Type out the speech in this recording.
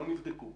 לא נבדקו,